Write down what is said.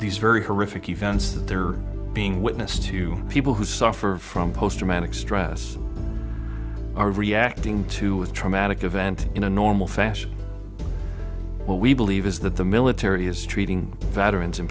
these very horrific events that they're being witness to people who suffer from post traumatic stress are reacting to a traumatic event in a normal fashion what we believe is that the military is treating veterans in